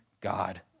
God